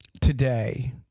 today